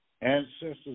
ancestors